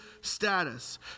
status